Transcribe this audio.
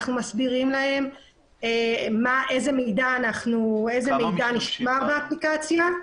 אנחנו מסבירים להם איזה מידע נשמר באפליקציה.